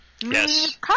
Yes